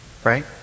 Right